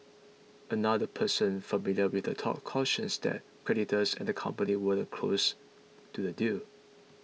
another person familiar with the talks cautions that creditors and the company weren't close to a deal